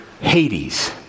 Hades